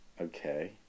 Okay